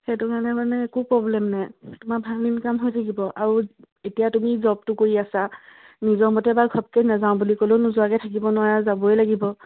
সেইটো কাৰণে মানে একো প্ৰ'ব্লেম নাই তোমাৰ ভাল ইনকাম হৈ থাকিব আৰু এতিয়া তুমি জবটো কৰি আছা নিজৰ মতে বাৰু ঘপকে নেযাওঁ বুলি ক'লেও নোযোৱাকে থাকিব নোৱাৰা যাবই লাগিব